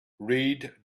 read